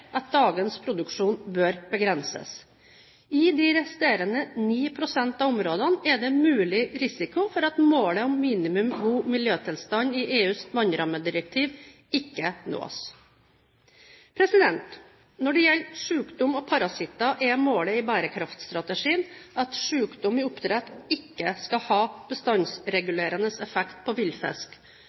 at dagens produksjon bør begrenses. I de resterende 9 pst. av områdene er det mulig risiko for at målet om minimum god miljøtilstand i EUs vannrammedirektiv ikke nås. Når det gjelder sykdom og parasitter, er målet i bærekraftstrategien: «Sykdom i oppdrett har ikke bestandsregulerende effekt på villfisk,